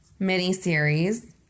miniseries